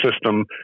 system